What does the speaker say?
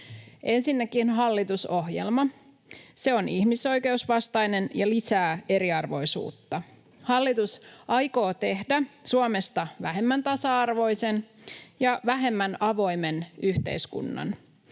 Ensinnäkin, hallitusohjelma on ihmisoikeusvastainen ja lisää eriarvoisuutta. Hallitus aikoo tehdä Suomesta vähemmän tasa-arvoisen ja vähemmän avoimen yhteiskunnan.